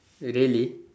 really